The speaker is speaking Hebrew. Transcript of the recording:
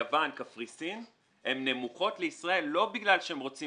יוון וקפריסין נמוכות לישראל לא בגלל שהם רוצים